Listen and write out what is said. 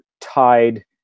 tied